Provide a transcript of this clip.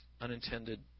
unintended